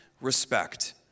respect